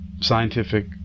scientific